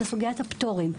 היא סוגיית הפטורים.